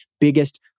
biggest